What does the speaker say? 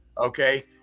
Okay